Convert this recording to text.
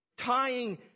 Tying